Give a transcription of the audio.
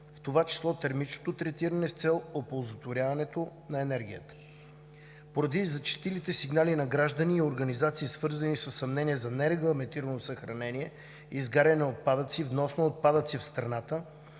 в това термично третиране с цел оползотворяване на енергията. Поради зачестилите сигнали от граждани и организации, свързани със съмнения за нерегламентирано съхранение и изгаряне на отпадъци, внос на отпадъци в страната